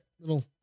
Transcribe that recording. Little